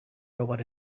robot